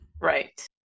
right